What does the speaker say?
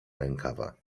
rękawa